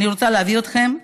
אני רוצה להביא אתכם,